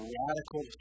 radical